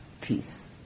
peace